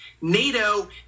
NATO